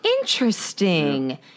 Interesting